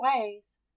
ways